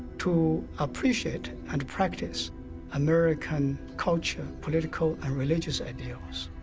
to appreciate and practice american culture, political and religious ideals.